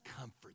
comfort